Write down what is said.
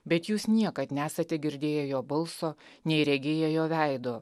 bet jūs niekad nesate girdėję jo balso nei regėję jo veido